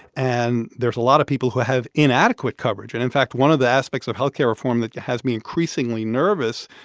and there's a lot of people who have inadequate coverage and, in fact, one of the aspects of health care reform that has me increasingly nervous,